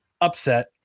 upset